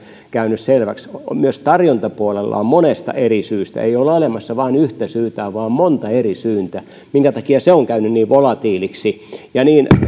käynyt selväksi myös tarjontapuolella monesta eri syystä ei ole olemassa vain yhtä syytä vaan on monta eri syytä minkä takia on käynyt niin volatiiliksi ja